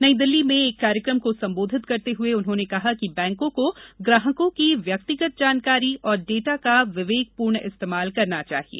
नई दिल्ली में एक कार्यक्रम को संबोधित करते हुए उन्होंने कहा कि बैंकों को ग्राहकों की व्यक्तिगत जानकारी और डेटा का विवेकपूर्ण इस्तेमाल करना चाहिए